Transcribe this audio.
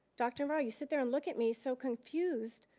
dr. navarro, you sit there and look at me so confused.